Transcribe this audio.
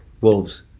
wolves